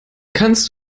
kannst